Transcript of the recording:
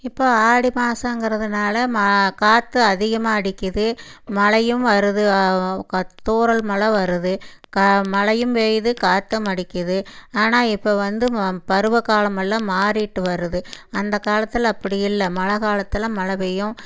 இப்போ ஆடி மாசங்கிறதினால காற்று அதிகமாக அடிக்குது மழையும் வருது தூறல் மழை வருது மழையும் பெய்யுது காற்றும் அடிக்குது ஆனால் இப்போ வந்து பருவக் காலமெல்லாம் மாறிகிட்டு வருது அந்தக்காலத்தில் அப்படி இல்லை மழை காலத்தில் மழை பெய்யும்